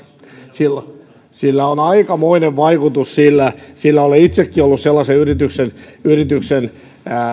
riski sillä on aikamoinen vaikutus olen itsekin ollut sellaisen yrityksen yrityksen